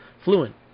fluent